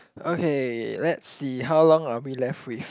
okay let's see how long are we left with